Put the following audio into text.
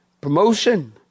Promotion